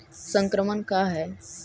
संक्रमण का है?